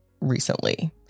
recently